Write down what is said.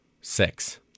Six